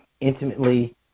intimately